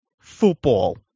football